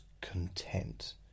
content